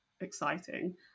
exciting